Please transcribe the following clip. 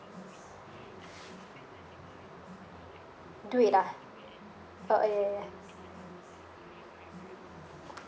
duit ah oh oh ya ya